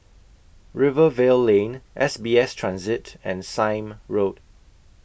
Rivervale Lane S B S Transit and Sime Road